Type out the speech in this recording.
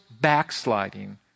backsliding